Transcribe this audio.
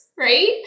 Right